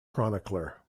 chronicler